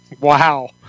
wow